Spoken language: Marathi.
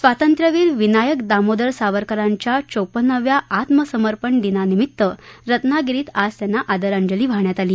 स्वातंत्र्यवीर विनायक दामोदर सावरकरांच्या चौपन्नाव्या आत्मसमर्पण दिनानिमित्त रत्नागिरीत आज त्यांना आदरांजली वाहण्यात आली